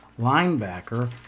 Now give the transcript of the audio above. linebacker